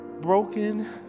Broken